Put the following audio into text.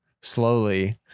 slowly